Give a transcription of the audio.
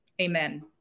amen